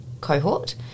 cohort